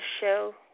show